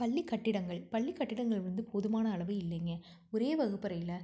பள்ளிக் கட்டிடங்கள் பள்ளிக் கட்டிடங்கள் வந்து போதுமான அளவு இல்லைங்க ஒரே வகுப்பறையில்